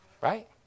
Right